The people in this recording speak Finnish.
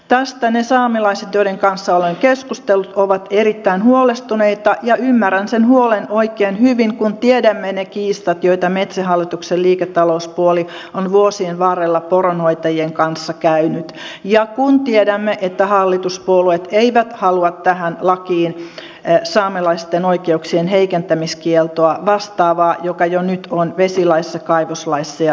tästä ne saamelaiset joiden kanssa olen keskustellut ovat erittäin huolestuneita ja ymmärrän sen huolen oikein hyvin kun tiedämme ne kiistat joita metsähallituksen liiketalouspuoli on vuosien varrella poronhoitajien kanssa käynyt ja kun tiedämme että hallituspuolueet eivät halua tähän lakiin saamelaisten oikeuksien heikentämiskieltoa vastaavaa joka jo nyt on vesilaissa kaivoslaissa ja ympäristönsuojelulaissa